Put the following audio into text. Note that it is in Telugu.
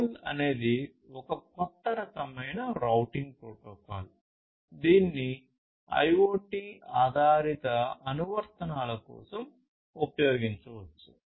ROLL అనేది ఒక కొత్త రకమైన రౌటింగ్ ప్రోటోకాల్ దీనిని IoT ఆధారిత అనువర్తనాల కోసం ఉపయోగించవచ్చు